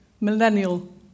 millennial